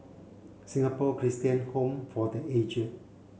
Singapore Christian Home for The Aged